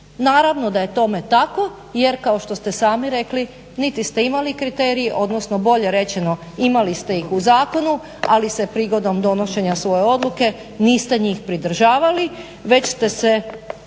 Naravno da je to tome tako jer kao što ste sami rekli niti ste imali kriterij, odnosno bolje rečeno imali ste ih u zakonu ali se prigodom donošenja svoje odluke niste njih pridržavali već ste se